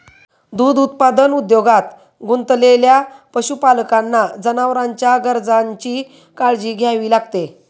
दूध उत्पादन उद्योगात गुंतलेल्या पशुपालकांना जनावरांच्या गरजांची काळजी घ्यावी लागते